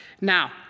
Now